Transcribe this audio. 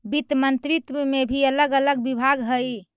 वित्त मंत्रित्व में भी अलग अलग विभाग हई